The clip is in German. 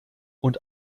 und